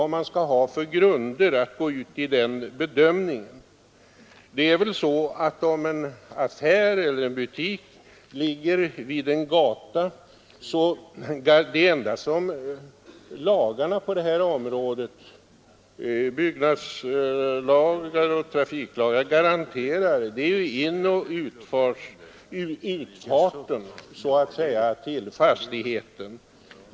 Det är svårt att avgöra vad man skall ha för grunder i den bedömningen. Det enda som lagarna på detta område — byggnadslagar och trafiklagar — garanterar en affär eller butik som ligger vid en gata är inoch utfarten till fastigheten.